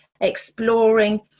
exploring